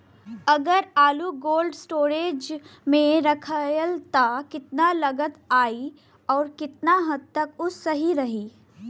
अगर आलू cold storage में रखायल त कितना लागत आई अउर कितना हद तक उ सही रही?